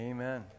Amen